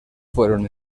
fueron